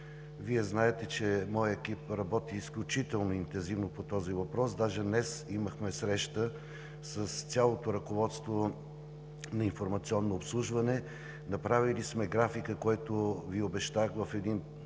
Вие знаете, че моят екип работи изключително интензивно по този въпрос – даже днес имахме среща с цялото ръководство на „Информационно обслужване“. Направили сме графика, както Ви обещах в един